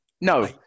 No